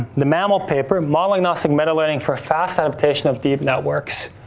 the mammal paper. modeling ah so modeling for fast adaptation of deep networks.